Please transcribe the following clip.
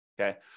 okay